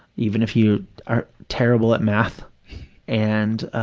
even if you are terrible at math and,